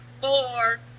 four